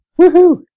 Woohoo